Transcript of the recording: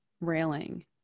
railing